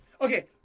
Okay